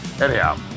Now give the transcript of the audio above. Anyhow